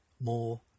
more